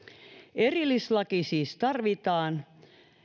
erillislaki siis tarvitaan